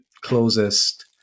closest